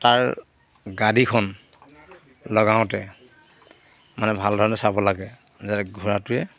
তাৰ গাড়ীখন লগাওঁতে মানে ভাল ধৰণে চাব লাগে যে ঘোঁৰাটোৱে